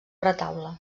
retaule